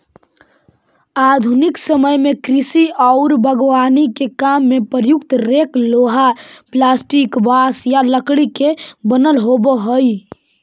आधुनिक समय में कृषि औउर बागवानी के काम में प्रयुक्त रेक लोहा, प्लास्टिक, बाँस या लकड़ी के बनल होबऽ हई